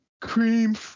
Cream